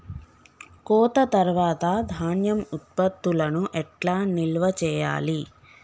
కోత తర్వాత ధాన్యం ఉత్పత్తులను ఎట్లా నిల్వ చేయాలి?